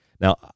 Now